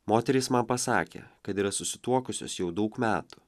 moterys man pasakė kad yra susituokusios jau daug metų